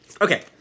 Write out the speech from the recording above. Okay